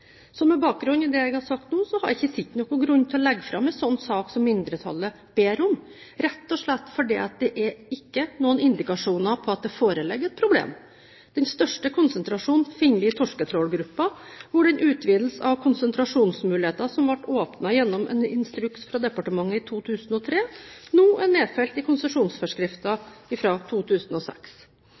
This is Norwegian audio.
Med bakgrunn i det jeg har sagt nå, har jeg ikke sett noen grunn til å legge fram en slik sak som mindretallet ber om, rett og slett fordi det ikke er noen indikasjoner på at det foreligger et problem. Den største konsentrasjonen finner vi i torsketrålgruppen, hvor en utvidelse av konsentrasjonsmuligheten som ble åpnet gjennom en instruks fra departementet i 2003, nå er nedfelt i konsesjonsforskriften fra 2006.